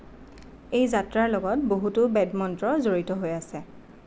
এই যাত্ৰাৰ লগত বহুতো বেদ মন্ত্ৰ জড়িত হৈ আছে